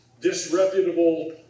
disreputable